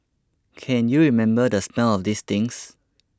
can you remember the smell of these things